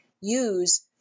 use